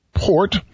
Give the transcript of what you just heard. Port